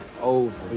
over